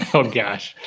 oh gosh.